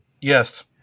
yes